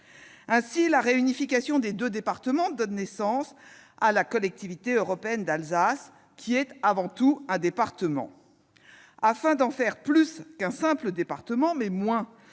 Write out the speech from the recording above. Ainsi, la réunification des deux départements donne naissance à la Collectivité européenne d'Alsace, la CEA, qui est avant tout un département. Afin d'en faire plus qu'un simple département, mais moins